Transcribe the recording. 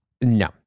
no